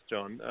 John